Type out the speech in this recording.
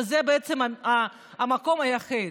וזה בעצם המקום היחיד.